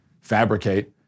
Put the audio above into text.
fabricate